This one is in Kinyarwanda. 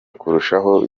kurushaho